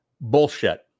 bullshit